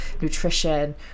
nutrition